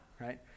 right